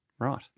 Right